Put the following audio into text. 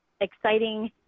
exciting